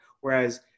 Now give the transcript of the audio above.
Whereas